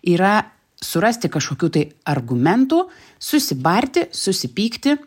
yra surasti kažkokių tai argumentų susibarti susipykti